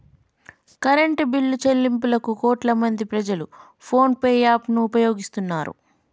current బిల్లుల చెల్లింపులకు కోట్లాదిమంది ప్రజలు ఫోన్ పే యాప్ ను ఉపయోగిస్తున్నారు